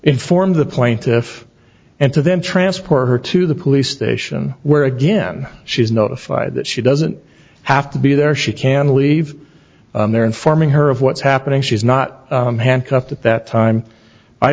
inform the plaintiff and to them transport her to the police station where again she is notified that she doesn't have to be there she can leave there informing her of what's happening she's not handcuffed at that